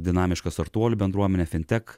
dinamišką startuolių bendruomenę fentech